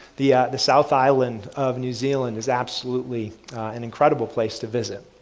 the the south island of new zealand is absolutely an incredible place to visit.